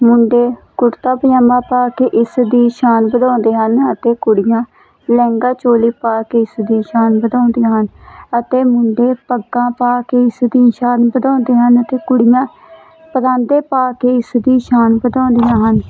ਮੁੰਡੇ ਕੁੜਤਾ ਪਜਾਮਾ ਪਾ ਕੇ ਇਸ ਦੀ ਸ਼ਾਨ ਵਧਾਉਂਦੇ ਹਨ ਅਤੇ ਕੁੜੀਆਂ ਲਹਿੰਗਾ ਚੋਲੀ ਪਾ ਕੇ ਇਸ ਦੀ ਸ਼ਾਨ ਵਧਾਉਂਦੀਆਂ ਹਨ ਅਤੇ ਮੁੰਡੇ ਪੱਗਾਂ ਪਾ ਕੇ ਇਸ ਦੀ ਸ਼ਾਨ ਵਧਾਉਂਦੇ ਹਨ ਅਤੇ ਕੁੜੀਆਂ ਪਰਾਂਦੇ ਪਾ ਕੇ ਇਸ ਦੀ ਸ਼ਾਨ ਵਧਾਉਂਦੀਆਂ ਹਨ